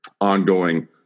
ongoing